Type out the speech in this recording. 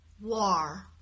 War